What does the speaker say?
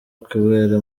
kubera